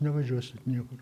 nevažiuosit niekur